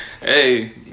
Hey